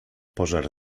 pożar